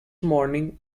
morning